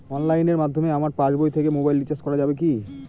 অনলাইনের মাধ্যমে আমার পাসবই থেকে মোবাইল রিচার্জ করা যাবে কি?